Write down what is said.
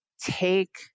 take